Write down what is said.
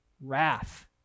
Wrath